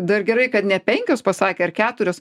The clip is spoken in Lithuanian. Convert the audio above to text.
dar gerai kad ne penkios pasakė ar keturios